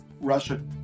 Russia